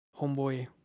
Homeboy